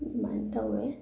ꯑꯗꯨꯃꯥꯏꯅ ꯇꯧꯋꯤ